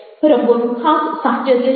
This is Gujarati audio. રંગોનું ખાસ સાહચર્ય છે